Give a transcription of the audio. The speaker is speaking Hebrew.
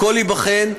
הכול ייבחן.